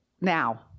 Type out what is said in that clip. now